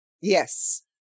Yes